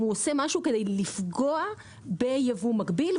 אם הוא עושה משהו כדי לפגוע בייבוא מקביל,